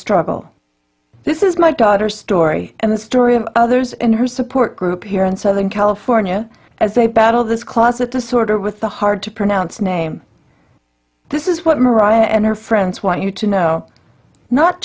struggle this is my daughter story and the story of others and her support group here in southern california as they battle this class with the sword or with the hard to pronounce name this is what mariah and her friends want you to know not